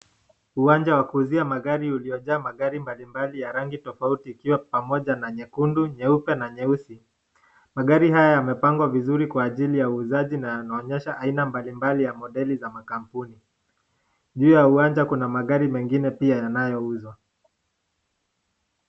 Uwanja wa kuuzia magari uliojaa magari mbalimbali ya rangi tofauti ikiwa pamoja na nyekundu, nyeupe na nyeusi. Magari haya yamepangwa vizuri kwa ajili ya uuzaji na yanaonyesha aina mbalimbali za modeli ya makampuni. Juu ya uwanja kuna magari mengine pia yanayouzwa.